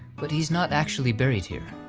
but he's not actually buried here.